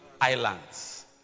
Islands